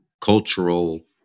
cultural